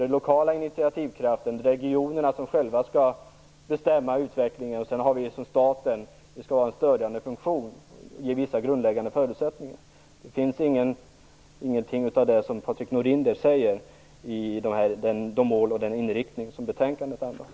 Den lokala initiativkraften är viktig, och det är regionerna som själva skall bestämma utvecklingen. Staten skall ha en stödjande funktion och ge vissa grundläggande förutsättningar. Det finns ingenting av det som Patrik Norinder talar om i de mål och den inriktning som betänkandet andas.